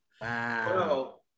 Wow